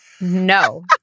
No